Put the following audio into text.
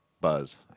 buzz